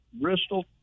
Bristol